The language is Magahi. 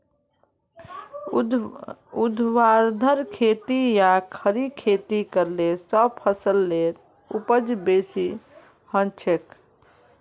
ऊर्ध्वाधर खेती या खड़ी खेती करले स फसलेर उपज बेसी हछेक